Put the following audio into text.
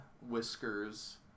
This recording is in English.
whiskers